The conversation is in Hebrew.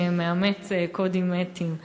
שמאמץ קודים אתיים.